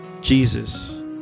Jesus